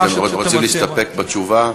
רוצים להסתפק בתשובה?